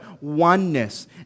oneness